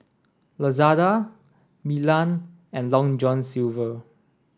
Lazada Milan and Long John Silver